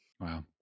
Wow